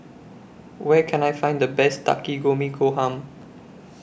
Where Can I Find The Best Takikomi Gohan